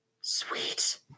Sweet